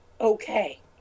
okay